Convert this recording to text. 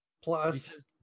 Plus